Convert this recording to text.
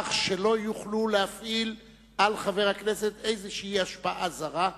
כך שלא יוכלו להפעיל על חבר הכנסת איזושהי השפעה זרה.